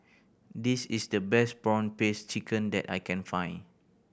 this is the best prawn paste chicken that I can find